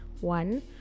one